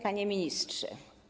Panie Ministrze!